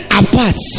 apart